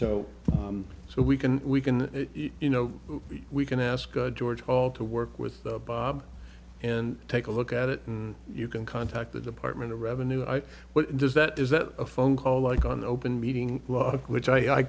right so we can we can you know we can ask george hall to work with the bob and take a look at it and you can contact the department of revenue what does that is that a phone call like on open meeting which i i